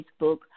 Facebook